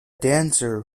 dancer